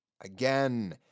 Again